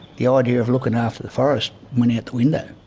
the ah idea of looking after the forest went out the window.